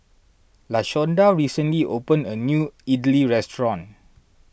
Lashonda recently opened a new Idly restaurant